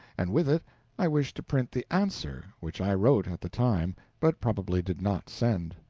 and with it i wish to print the answer which i wrote at the time but probably did not send.